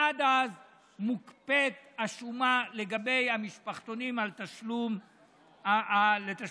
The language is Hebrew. עד אז מוקפאת השומה לגבי המשפחתונים על תשלום המע"מ.